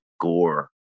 gore